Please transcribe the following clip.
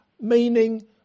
meaning